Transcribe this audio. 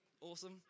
awesome